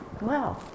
Wow